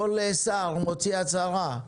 כל שר מוציא הצהרה.